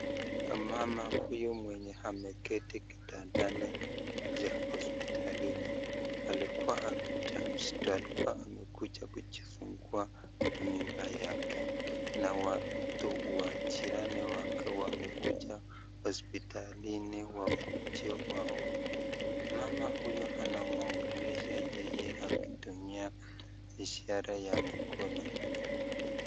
Mama huyu mwenye ameketi katika kitandani cha hospitalini, alikuwa mja mzito alikuwa amekuja kijifungua mimba yake, na watu majirani yake wamekuja hospitalini wakuje waone. Mama huyu anamwongelesha yeye akitumia ishara ya mkono.